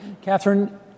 Catherine